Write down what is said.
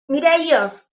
mireia